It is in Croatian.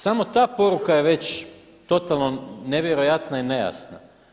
Samo ta poruka je već totalno nevjerojatna i nejasna.